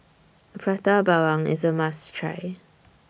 Prata Bawang IS A must Try